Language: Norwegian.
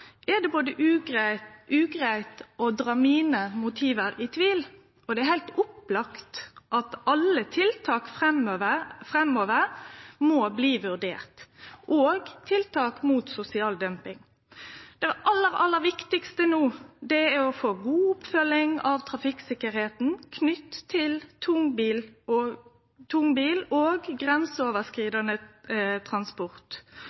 er det ugreitt å dra mine motiv i tvil. Det er heilt opplagt at alle tiltak framover må bli vurderte, òg tiltak mot sosial dumping. Det aller, aller viktigaste no er å få god oppfølging av trafikksikkerheita knytt til tung bil og grenseoverskridande transport. Det gode arbeidet er allereie i gang, og